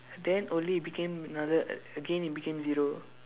then only it became another again it became zero